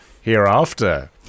hereafter